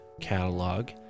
catalog